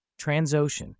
Transocean